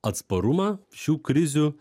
atsparumą šių krizių